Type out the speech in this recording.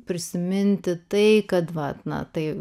prisiminti tai kad vat na tai